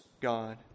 God